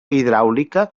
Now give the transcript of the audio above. hidràulica